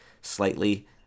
slightly